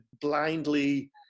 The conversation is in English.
blindly